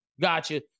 Gotcha